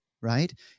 right